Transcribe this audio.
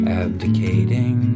abdicating